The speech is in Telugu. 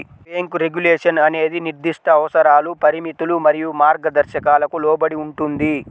బ్యేంకు రెగ్యులేషన్ అనేది నిర్దిష్ట అవసరాలు, పరిమితులు మరియు మార్గదర్శకాలకు లోబడి ఉంటుంది,